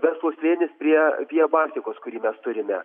verslo slėnis prie vija baltikos kurį mes turime